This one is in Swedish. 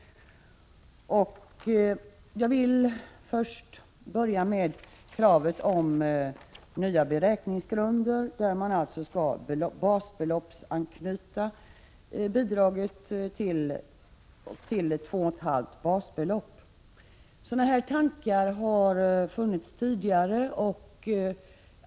Jag vill börja med kravet på nya beräkningsgrunder, som innebär att bidraget skall basbeloppsanknytas till 2,5 basbelopp. Sådana här tankar har — Prot. 1986/87:122 funnits tidigare.